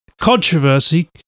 controversy